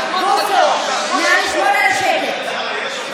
לשמור על השקט.